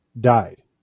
died